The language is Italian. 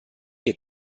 che